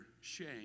shame